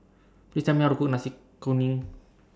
Please Tell Me How to Cook Nasi Kuning